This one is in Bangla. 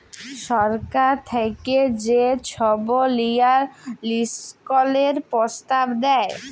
সরকার থ্যাইকে যে ছব লিয়ম লিয়ল্ত্রলের পরস্তাব দেয়